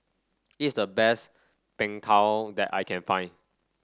is the best Png Tao that I can find